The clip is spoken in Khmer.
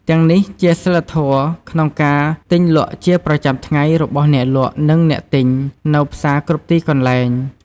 ទាំងនេះជាសីលធម៍ក្នុងការទិញលក់ជាប្រចាំថ្ងៃរបស់អ្នកលក់និងអ្នកទិញនៅផ្សារគ្រប់ទីកន្លែង។